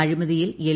അഴിമതിയിൽ എൽ